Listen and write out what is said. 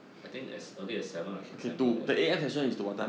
I think as early as seven or seven like that